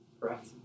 Correct